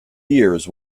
years